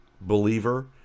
believer